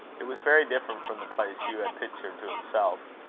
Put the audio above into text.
it was very different from the place hugh had pictured to himself.